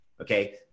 okay